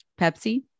Pepsi